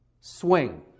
swing